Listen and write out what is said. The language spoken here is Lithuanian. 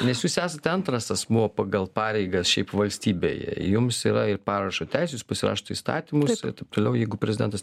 nes jūs esate antras asmuo pagal pareigas šiaip valstybėje jums yra parašo teisė jūs pasirašote įstatymus ir taip toliau jeigu prezidentas